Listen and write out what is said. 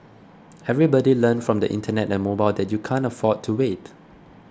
everybody learned from the Internet and mobile that you can't afford to wait